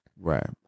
Right